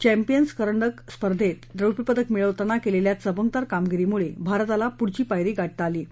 champions करंडक स्पर्धेत रौप्य पदक मिळवताना केलेल्या चमकदार कामगिरीमुळे भारताला पुढची पायरी गाठता आली आहे